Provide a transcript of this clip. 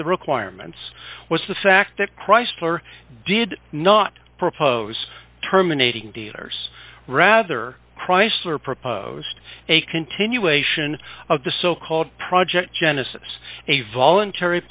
the requirements was the fact that chrysler did not propose terminating dealers rather chrysler proposed a continuation of the so called project genesis a voluntary